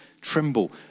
tremble